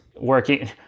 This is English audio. working